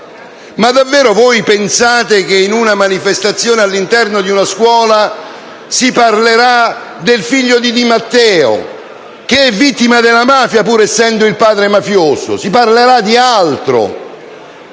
Ma davvero voi pensate che in una manifestazione all'interno di una scuola si parlerà del figlio di Di Matteo, che è vittima della mafia, pur essendo il padre mafioso? Si parlerà di altro.